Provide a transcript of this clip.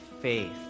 Faith